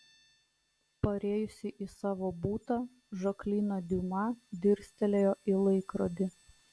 parėjusi į savo butą žaklina diuma dirstelėjo į laikrodį